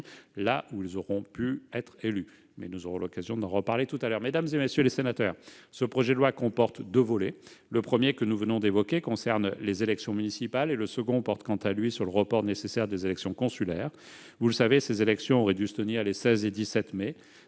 là où ils auront pu être élus- mais nous aurons l'occasion d'en reparler tout à l'heure. Mesdames, messieurs les sénateurs, ce projet de loi comporte deux volets. Le premier, que nous venons d'évoquer, concerne les élections municipales ; le second porte, quant à lui, sur le report nécessaire des élections consulaires. Vous le savez, ces élections auraient dû se tenir les 16 et 17 mai